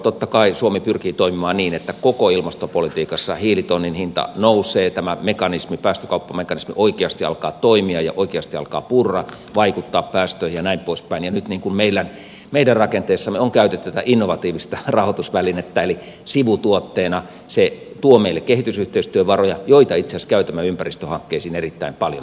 totta kai suomi pyrkii toimimaan niin että koko ilmastopolitiikassa hiilitonnin hinta nousee tämä mekanismi päästökauppamekanismi oikeasti alkaa toimia ja oikeasti alkaa purra vaikuttaa päästöihin ja näin poispäin ja nyt meidän rakenteessamme on käytetty tätä innovatiivista rahoitusvälinettä eli sivutuotteena se tuo meille kehitysyhteistyövaroja joita itse asiassa käytämme ympäristöhankkeisiin erittäin paljon